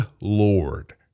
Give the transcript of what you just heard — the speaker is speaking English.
Lord